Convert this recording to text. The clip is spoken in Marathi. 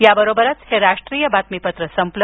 याबरोबरच हे राष्ट्रीय बातमीपत्र संपलं